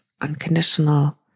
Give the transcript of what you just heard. unconditional